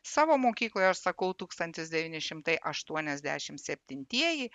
savo mokykloj aš sakau tūkstantis devyni šimtai aštuoniasdešim septintieji